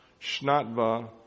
Shnatva